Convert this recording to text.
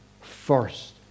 first